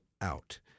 out